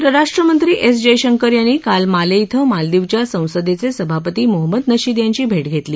परराष्ट्रमत्री S Jaishankar यांनी काल माले क्रं मालदीवच्या संसदेचे सभापती मोहम्मद नशीद यांची भेट घेतली